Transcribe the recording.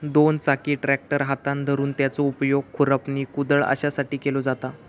दोन चाकी ट्रॅक्टर हातात धरून त्याचो उपयोग खुरपणी, कुदळ अश्यासाठी केलो जाता